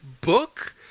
book